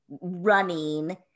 running